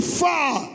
far